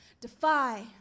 defy